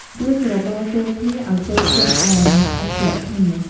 រួចច្របល់ចូលគ្នាឱ្យចូលជាតិល្អ និងស្អិតជាប់គ្នា។